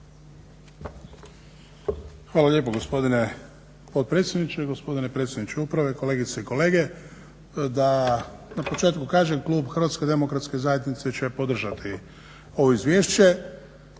Hvala lijepo gospodine potpredsjedniče, gospodine predsjedniče uprave, kolegice i kolege. Da na početku kažem klub HDZ-a će podržati ovo izvješće,